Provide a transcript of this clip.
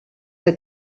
que